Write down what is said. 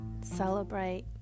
celebrate